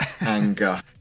anger